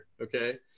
Okay